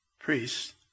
priests